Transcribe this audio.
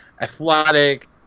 athletic